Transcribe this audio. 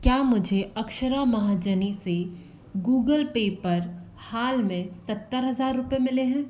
क्या मुझे अक्षरा महाजनी से गूगल पे पर हाल में सत्तर हज़ार रुपये मिले हैं